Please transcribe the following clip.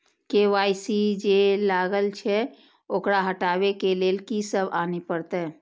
KYC जे लागल छै ओकरा हटाबै के लैल की सब आने परतै?